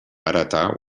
heretar